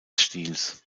stils